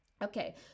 Okay